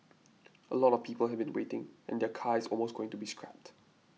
a lot of people have been waiting and their car is almost going to be scrapped